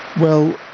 well,